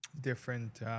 different